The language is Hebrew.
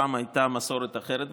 פעם הייתה מסורת אחרת בכנסת,